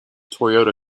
toyota